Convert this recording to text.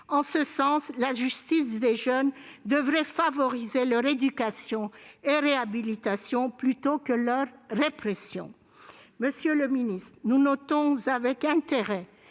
de l'enfance. La justice des jeunes devrait favoriser leur éducation et leur réhabilitation plutôt que leur répression.